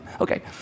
okay